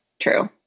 true